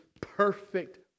perfect